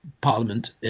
parliament